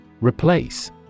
Replace